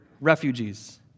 refugees